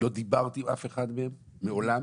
לא דיברתי עם אף אחד מהם, מעולם.